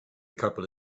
couple